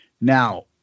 Now